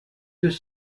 deux